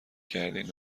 کردین